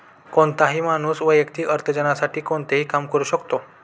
कोणताही माणूस वैयक्तिक अर्थार्जनासाठी कोणतेही काम करू शकतो